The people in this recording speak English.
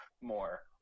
More